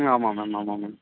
ம் ஆமாம் மேம் ஆமாம் மேம்